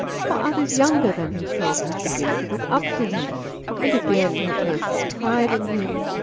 for others younger than himself would begin to look up to him and again her personal pride in him,